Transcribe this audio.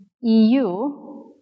EU